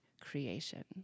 creation